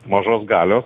mažos galios